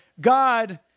God